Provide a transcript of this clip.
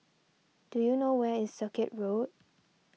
do you know where is Circuit Road